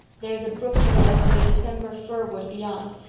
there is a brook below and a december fir wood beyond,